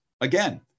again